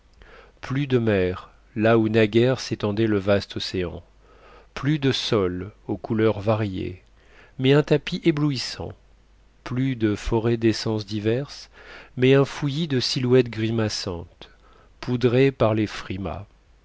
plus de mer là où naguère s'étendait le vaste océan plus de sol aux couleurs variées mais un tapis éblouissant plus de forêts d'essences diverses mais un fouillis de silhouettes grimaçantes poudrées par les frimas